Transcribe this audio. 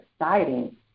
exciting